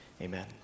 Amen